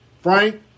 Frank